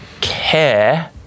care